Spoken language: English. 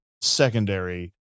secondary